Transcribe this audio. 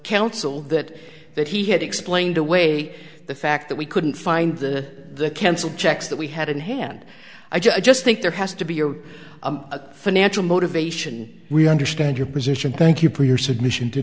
counsel that that he had explained away the fact that we couldn't find the cancelled checks that we had in hand i just think there has to be your financial motivation we understand your position thank you for your submission to